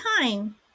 time